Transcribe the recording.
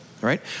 right